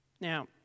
Now